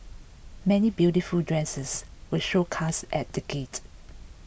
many beautiful dresses were showcased at the gate